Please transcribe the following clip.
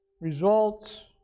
Results